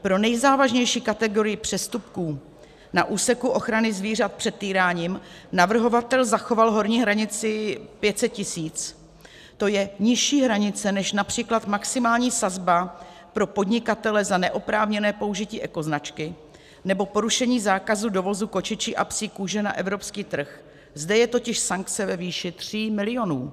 Pro nejzávažnější kategorii přestupků na úseku ochrany zvířat před týráním navrhovatel zachoval horní hranici 500 tisíc, to je nižší hranice než například maximální sazba pro podnikatele za neoprávněné použití ekoznačky nebo porušení zákazu dovozu kočičí a psí kůže na evropský trh, zde je totiž sankce ve výši 3 milionů.